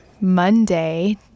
Monday